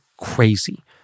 crazy